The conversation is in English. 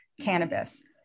cannabis